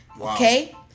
Okay